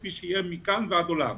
כפי שיהיה מכאן ועד עולם.